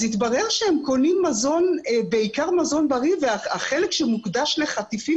אז התברר שהם קונים מזון בעיקר מזון בריא והחלק שמוקדש לחטיפים